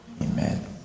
amen